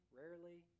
rarely